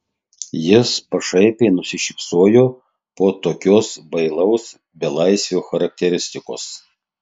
jis pašaipiai nusišypsojo po tokios bailaus belaisvio charakteristikos